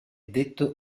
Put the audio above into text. detto